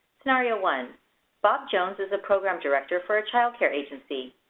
scenario one bob jones is the program director for a child care agency.